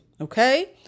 Okay